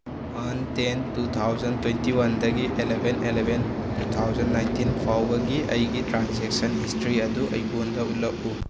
one ten two thousand twenty ꯋꯥꯟꯗꯒꯤ eleven eleven two thousand nineteen ꯐꯥꯎꯕꯒꯤ ꯑꯩꯒꯤ transaction history ꯑꯗꯨ ꯑꯩꯉꯣꯟꯗ ꯎꯠꯂꯛꯎ